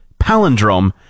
palindrome